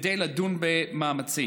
כדי לדון בממצאים.